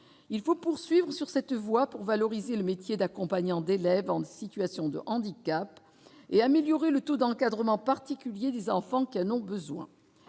il faut poursuivre sur cette voie pour valoriser le métier d'accompagnant d'élèves en situation de handicap et améliorer le taux d'encadrement particulier des enfants qui n'ont besoin